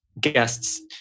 guests